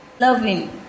loving